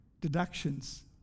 Deductions